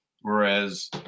Whereas